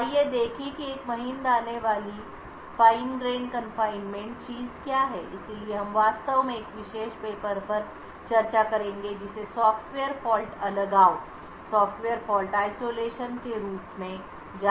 तो आइए देखें कि एक महीन दाने वाली confinement चीज क्या है इसलिए हम वास्तव में एक विशेष पेपर पर चर्चा करेंगे जिसे सॉफ्टवेयर फॉल्ट अलगाव के रूप में जाना जाता है